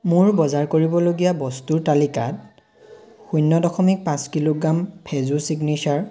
মোৰ বজাৰ কৰিবলগীয়া বস্তুৰ তালিকাত শূণ্য দশমিক পাঁচ কিলোগ্ৰাম ফ্ৰেজো চিগনেচাৰ